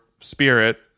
spirit